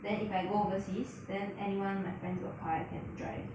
then if I go overseas then anyone my friends got car I can drive